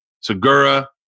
Segura